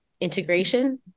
integration